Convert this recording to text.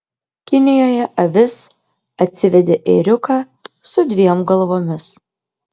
kinijoje avis atsivedė ėriuką su dviem galvomis